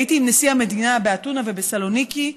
הייתי עם נשיא המדינה באתונה ובסלוניקי,